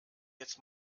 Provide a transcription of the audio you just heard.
jetzt